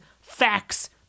facts